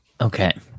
Okay